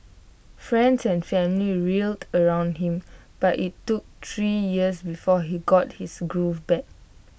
friends and family rallied around him but IT took three years before he got his groove back